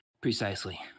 Precisely